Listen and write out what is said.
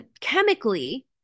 chemically